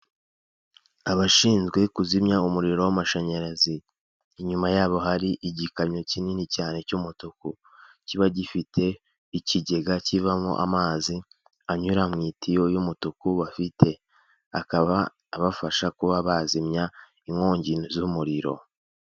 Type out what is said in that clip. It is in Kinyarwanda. Abashinzwe kuzimya umuriro w'amashanyarazi, inyuma yabo hari igikamyo kinini cyane cy'umutuku kiba gifite ikigega kivamo amazi anyura mu itiyo y'umutuku bafite, akaba abafasha kuba bazimya inkongi z'umuriro.